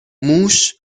موش